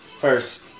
first